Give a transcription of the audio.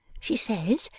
she says,